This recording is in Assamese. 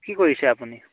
কি কৰিছে আপুনি